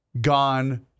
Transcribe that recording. gone